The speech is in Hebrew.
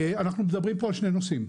אנחנו מדברים פה על שני נושאים,